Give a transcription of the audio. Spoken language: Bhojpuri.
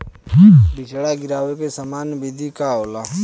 बिचड़ा गिरावे के सामान्य विधि का होला?